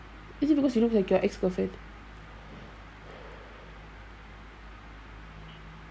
is it because you don't like your ex-girlfriend